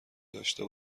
داشته